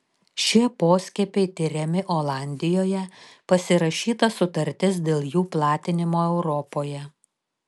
šie poskiepiai tiriami olandijoje pasirašyta sutartis dėl jų platinimo europoje